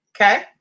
Okay